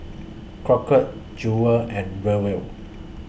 Crockett Jewel and Roel